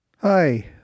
Hi